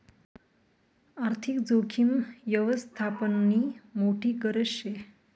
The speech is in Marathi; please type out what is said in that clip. आर्थिक जोखीम यवस्थापननी मोठी गरज शे